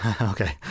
Okay